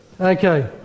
Okay